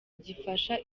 gifasha